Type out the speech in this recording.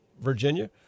Virginia